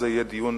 זה יהיה דיון